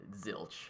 zilch